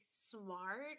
smart